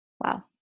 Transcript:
Wow